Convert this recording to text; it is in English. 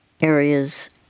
areas